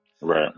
Right